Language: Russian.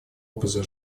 образа